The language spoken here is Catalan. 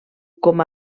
com